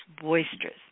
boisterous